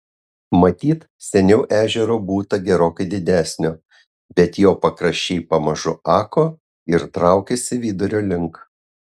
matyt seniau ežero būta gerokai didesnio bet jo pakraščiai pamažu ako ir traukėsi vidurio link